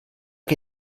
que